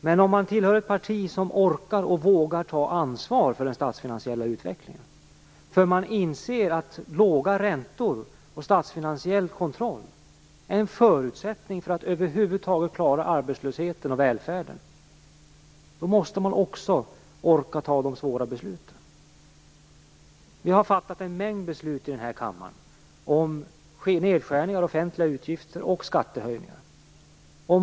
Men om man tillhör ett parti som orkar och vågar ta ansvar för den statsfinansiella utvecklingen, därför att man inser att låga räntor och statsfinansiell kontroll är en förutsättning för att över huvud taget klara av att sänka arbetslösheten och trygga välfärden, måste man också orka fatta de svåra besluten. Vi har fattat en mängd beslut här i kammaren om nedskärningar av offentliga utgifter och skattehöjningar.